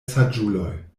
saĝuloj